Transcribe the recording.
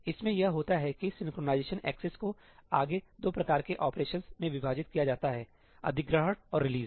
इसमें यह होता है कि सिंक्रनाइज़ेशन एक्सेस को आगे 2 प्रकार के ऑपरेशनस में विभाजित किया जाता है अधिग्रहण और रिलीज